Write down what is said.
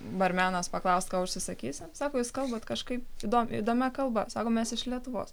barmenas paklaust ką užsisakysi sako jūs kalbat kažkaip įdom įdomia kalba sakom mes iš lietuvos